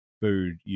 food